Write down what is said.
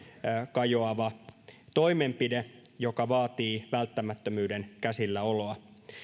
kajoava toimenpide joka vaatii välttämättömyyden käsilläoloa